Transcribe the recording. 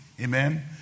Amen